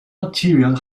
material